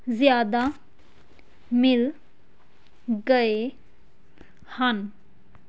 ਜ਼ਿਆਦਾ ਮਿਲ ਗਏ ਹਨ